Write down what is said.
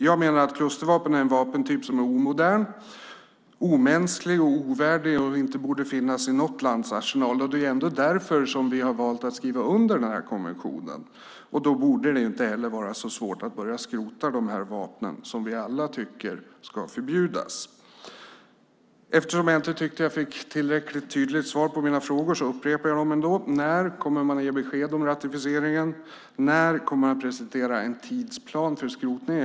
Jag menar att klustervapen är en vapentyp som är omodern, omänsklig, ovärdig och inte borde finnas i något lands arsenal. Det är trots allt därför vi har valt att skriva under denna konvention, och det borde inte vara så svårt att börja skrota dessa vapen som vi alla tycker ska förbjudas. Eftersom jag inte tycker att jag fick tillräckligt tydliga svar på mina frågor upprepar jag dem. När kommer man att ge besked om ratificeringen? När kommer man att presentera en tidsplan för skrotningen?